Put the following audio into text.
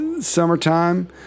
summertime